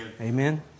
Amen